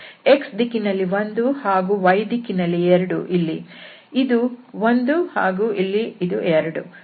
x ದಿಕ್ಕಿನಲ್ಲಿ 1 ಹಾಗೂ y ದಿಕ್ಕಿನಲ್ಲಿ 2 ಇಲ್ಲಿ ಇದು 1 ಹಾಗೂ ಅಲ್ಲಿ ಇದು 2